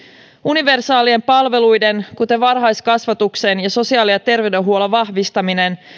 universaalien palveluiden kuten varhaiskasvatuksen ja sosiaali ja terveydenhuollon vahvistaminen